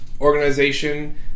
organization